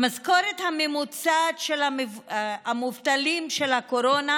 המשכורת הממוצעת של המובטלים של הקורונה,